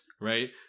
Right